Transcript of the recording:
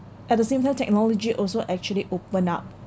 at the same time technology also actually open up